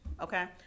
Okay